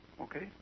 Okay